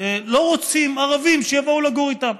לא רוצים ערבים שיבואו לגור איתם.